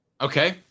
Okay